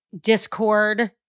discord